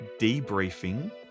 debriefing